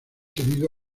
herido